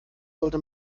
sollte